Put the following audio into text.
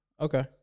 Okay